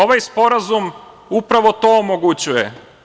Ovaj sporazum upravo to omogućava.